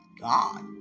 God